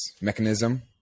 mechanism